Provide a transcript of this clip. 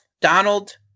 Donald